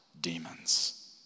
demons